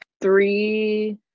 Three